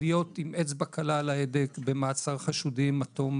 להיות עם אצבע קלה על ההדק במעצר חשודים עד תום